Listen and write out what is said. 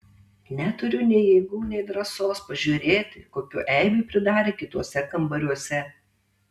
neturiu nei jėgų nei drąsos pažiūrėti kokių eibių pridarė kituose kambariuose